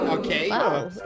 Okay